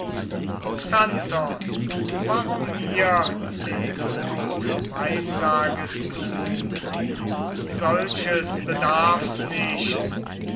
xanthos warum mir den tod weissagest du solches bedarf's nicht